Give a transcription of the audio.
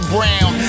Brown